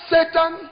Satan